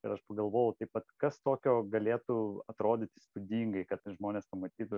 ir aš pagalvojau taip pat kas tokio galėtų atrodyti įspūdingai kad žmonės pamatytų